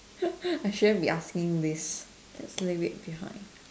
I shouldn't be asking this just leave it behind